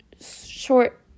short